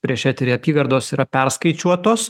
prieš eterį apygardos yra perskaičiuotos